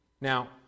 Now